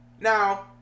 Now